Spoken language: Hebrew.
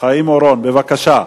חיים אורון, בבקשה.